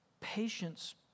patience